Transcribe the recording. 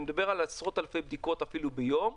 אפילו עשרות אלפי בדיקות ביום,